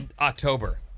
October